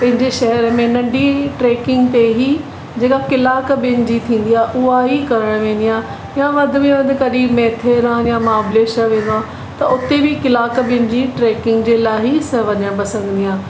पंहिंजे शहर में नंढी ट्रेकिंग ते ई जेका कलाकु ॿिनि जी थींदी आहे उहा ई करणु वेंदी आहियां या वधि में वधि कॾहिं मेथेरान या महाबलेश्वर में मां त उते बि कलाकु मुंहिंजी ट्रेकिंग जे लाइ ई स वञणु पसंदि कंदी आहियां